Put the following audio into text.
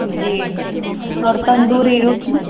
जी और तंदूरी रोटी